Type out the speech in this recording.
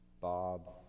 Bob